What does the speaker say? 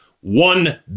one